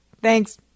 Thanks